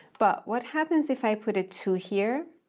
but what happens if i put a two here?